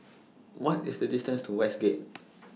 What IS The distance to Westgate